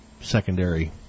secondary